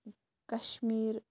Kashmir